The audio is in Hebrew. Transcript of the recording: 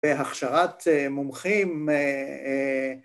‫בהכשרת מומחים.